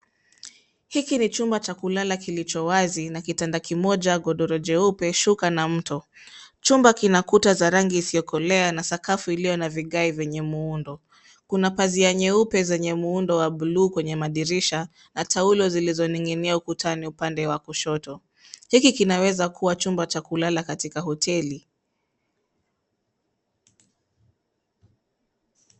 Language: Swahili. Hiki ni chumba cha kulala kilicho wazi na kitanda kimoja godoro jeupe, shuka, na mto. Chumba kina kuta za rangi isiyo kolea na sakafu iliyo na vigae vyenye muundo. Kuna pazia nyeupe zenye muundo wa buluu kwenye madirisha, na taulo zilizoning'inia ukutani upande wa kushoto. Hiki kinaweza kuwa chumba cha kulala katika hoteli.